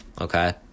Okay